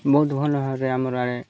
ବହୁତ ଭଲ ଭାବରେ ଆମର ଆଡ଼େ